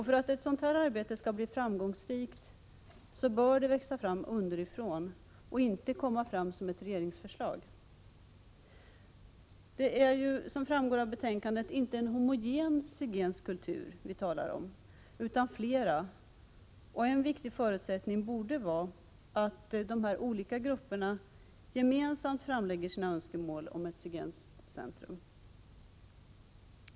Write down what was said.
För att ett sådant här arbete skall bli framgångsrikt bör det växa fram underifrån och inte komma som ett regeringsförslag. Som framgår av betänkandet är det inte en homogen zigensk kultur vi talar om utan flera sådana kulturer. En viktig förutsättning borde vara att dessa olika grupper gemensamt framlägger önskemål om ett zigenskt centrum.